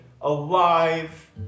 alive